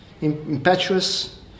impetuous